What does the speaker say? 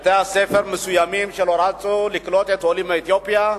כשבתי-ספר מסוימים לא רצו לקלוט עולים מאתיופיה,